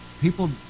people